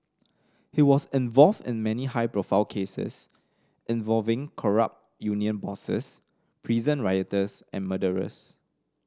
he was involved in many high profile cases involving corrupt union bosses prison rioters and murderers